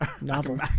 Novel